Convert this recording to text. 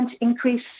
increase